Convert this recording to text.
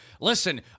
Listen